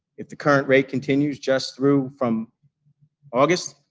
if the current rate continues just through from august,